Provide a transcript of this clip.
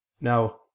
now